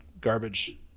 garbage